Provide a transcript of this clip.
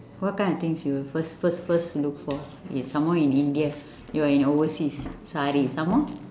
what kind of things you will first first first look for is some more in india you're in overseas sari some more